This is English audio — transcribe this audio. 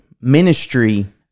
ministry